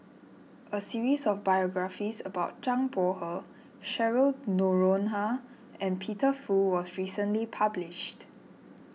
a series of biographies about Zhang Bohe Cheryl Noronha and Peter Fu was recently published